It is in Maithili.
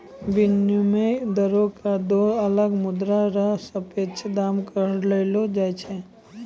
विनिमय दरो क दो अलग मुद्रा र सापेक्ष दाम कहलो जाय छै